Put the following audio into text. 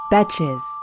Betches